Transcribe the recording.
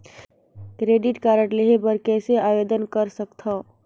Credit card लेहे बर कइसे आवेदन कर सकथव?